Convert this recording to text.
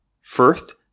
First